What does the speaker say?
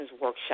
workshop